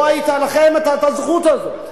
לא היתה לכם הזכות הזאת.